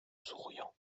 souriant